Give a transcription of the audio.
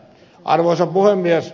arvoisa puhemies